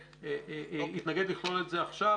אני אתנגד לכלול את זה עכשיו,